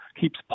keeps